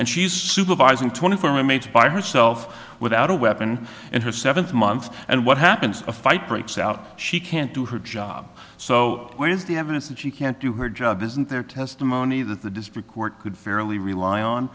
and she's supervising twenty four mates by herself without a weapon in her seventh month and what happens a fight breaks out she can't do her job so where is the evidence that she can't do her job isn't there testimony that the district court could fairly rely on